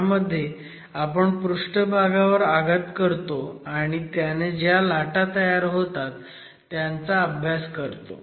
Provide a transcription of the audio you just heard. ह्यामध्ये आपण पृष्ठभागावर आघात करतो आणि त्याने ज्या लाटा तयार होतात त्यांचा अभ्यास करतो